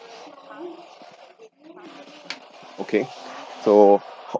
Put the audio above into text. okay so